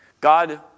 God